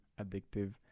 addictive